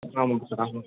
ஆமாங்க சார் ஆமாம்